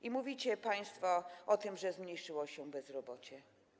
I mówicie państwo o tym, że zmniejszyło się bezrobocie.